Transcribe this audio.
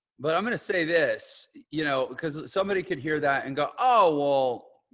but i'm going to say this, you know, cause somebody could hear that and go, oh, well, you